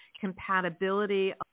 compatibility